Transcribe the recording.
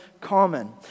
common